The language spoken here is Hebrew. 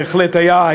בהחלט היה,